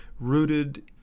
rooted